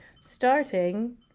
Starting